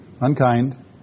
unkind